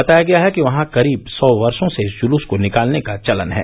बताया गया है कि वहां करीब सौ वर्षो से इस जुलूस को निकालने का चलन है